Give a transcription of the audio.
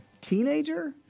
teenager